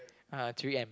uh three-M